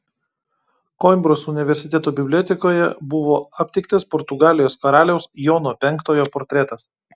koimbros universiteto bibliotekoje buvo aptiktas portugalijos karaliaus jono penktojo portretas